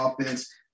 offense